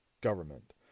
government